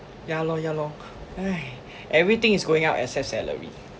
ya lor ya lor !hais! everything is going up except salary